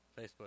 Facebook